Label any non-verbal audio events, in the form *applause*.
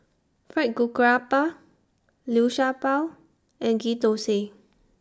Fried *unintelligible* Liu Sha Bao and Ghee Thosai